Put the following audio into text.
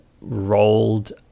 rolled